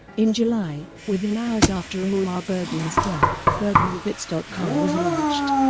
in july, within hours after ingmar bergman's death, bergmanbits dot com was launched,